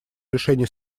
решений